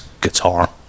guitar